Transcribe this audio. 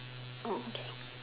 Oh okay